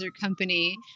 company